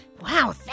wow